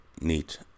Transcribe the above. neat